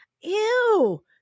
Ew